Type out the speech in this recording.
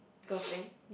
girlfriend